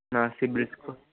నా CIBIL score